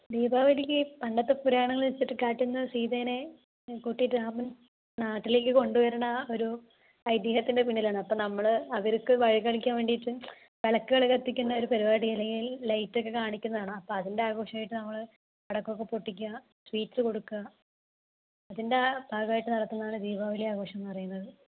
ദീപാവലിക്ക് പണ്ടത്തെ പുരാണങ്ങളനുസരിച്ചു കാട്ടിൽനിന്നു സീതേനെ കൂട്ടിട്ടു രാമൻ നാട്ടിലേക്കു കൊണ്ടുവരുന്ന ഒരു ഐതീഹ്യത്തിൻ്റെ പിന്നിലാണ് അപ്പോൾ നമ്മൾ അവർക്കു വഴി കാണിക്കാൻ വേണ്ടിയിട്ട് വിളക്കുകൾ കത്തിക്കുന്ന ഒരു പരിപാടിയാണ് അല്ലെങ്കിൽ ലൈറ്റൊക്കെ കാണിക്കുന്നതുകാണാം അപ്പോൾ അതിൻ്റെ ആഘോഷമായിട്ടു നമ്മൾ പടക്കമൊക്കെ പൊട്ടിക്കുക സ്വീറ്റ്സ് കൊടുക്കുക അതിൻ്റെ ഭാഗമായിട്ടു നടത്തുന്നതാണ് ദീപാവലി ആഘോഷം എന്നു പറയുന്നത്